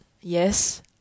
Yes